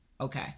Okay